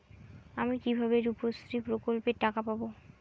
আমি কিভাবে রুপশ্রী প্রকল্পের টাকা পাবো?